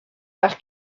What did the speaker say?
par